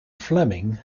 fleming